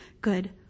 Good